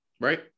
right